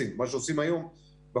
Distancing - מה שעושים היום בקורונה,